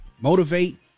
motivate